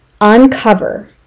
uncover